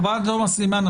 חברת הכנסת תומא סלימאן,